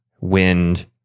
wind